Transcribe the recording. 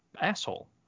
asshole